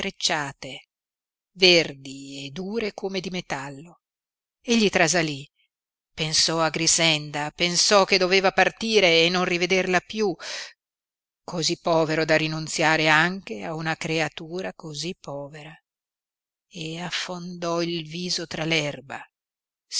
intrecciate verdi e dure come di metallo egli trasalí pensò a grixenda pensò che doveva partire e non rivederla piú cosí povero da rinunziare anche a una creatura cosí povera e affondò il viso tra